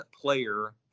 player